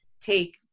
take